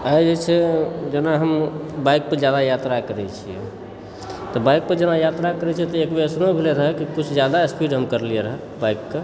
आइ जे छै जेना हम बाइकपर जादा यात्रा करैत छी तऽ बाइकपर जब यात्रा करैत छियैक तऽ भेल रहै कि किछु जादा स्पीड हम कयलियै रहै बाइकके